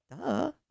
Duh